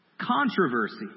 Controversy